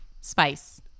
Spice